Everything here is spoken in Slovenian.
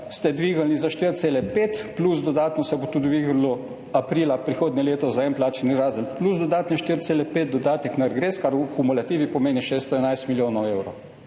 dvignili za 4,5, plus dodatno se bo tudi dvignilo aprila prihodnje leto za en plačni razred, plus dodatnih 4,5 dodatek na regres, kar v kumulativi pomeni 611 milijonov evrov.